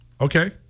Okay